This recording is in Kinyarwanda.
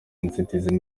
inzitizi